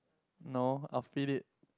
no I'll feed it